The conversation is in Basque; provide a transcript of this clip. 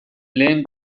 lehen